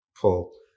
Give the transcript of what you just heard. pull